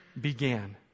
began